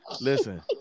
Listen